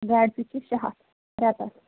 گاڑِ فیٖس چھِ شےٚ ہتھ رٮ۪تَس